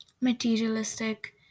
materialistic